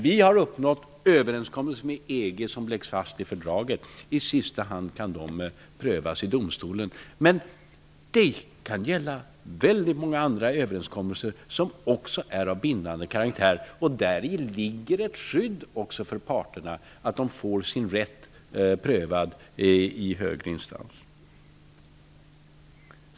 Vi har uppnått överenskommelser med EG som läggs fast i fördraget, och i sista hand kan de prövas i domstolen. Men det kan också gälla väldigt många andra överenskommelser som är av bindande karaktär. Däri ligger ett skydd för parterna, att de kan få sin rätt prövad i högre instans.